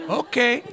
okay